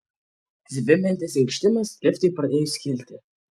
zvimbiantis inkštimas liftui pradėjus kilti